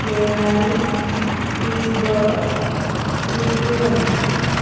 रियायन डिसबक विट्टीगन